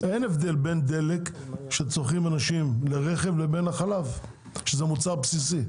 אין הבדל בין דלק שהאנשים צורכים לרכב לבין החלב שהוא מוצר בסיס.